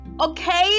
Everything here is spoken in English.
okay